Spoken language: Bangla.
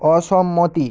অসম্মতি